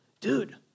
Dude